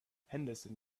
henderson